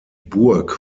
burg